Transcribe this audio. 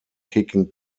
kicking